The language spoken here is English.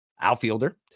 outfielder